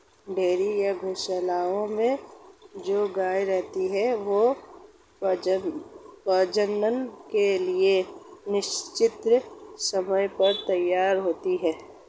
dairy या गोशालाओं में जो गायें रहती हैं, वे प्रजनन के लिए निश्चित समय पर तैयार होती हैं